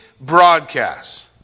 broadcast